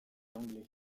anglais